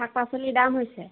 শাক পাচলি দাম হৈছে